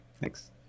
Thanks